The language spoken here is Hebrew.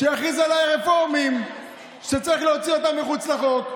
שיכריז על הרפורמים שצריך להוציא אותם מחוץ לחוק,